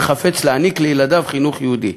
וחפץ להעניק לילדיו חינוך יהודי.